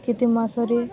କେତେ ମାସରେ